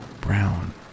brown